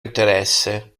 interesse